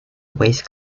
waste